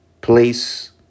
place